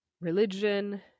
religion